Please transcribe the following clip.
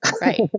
Right